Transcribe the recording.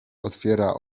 otwiera